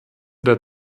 der